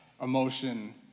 emotion